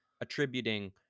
attributing